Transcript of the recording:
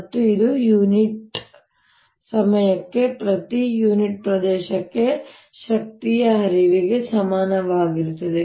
ಮತ್ತು ಇದು ಯುನಿಟ್ ಸಮಯಕ್ಕೆ ಪ್ರತಿ ಯುನಿಟ್ ಪ್ರದೇಶಕ್ಕೆ ಶಕ್ತಿಯ ಹರಿವಿಗೆ ಸಮಾನವಾಗಿರುತ್ತದೆ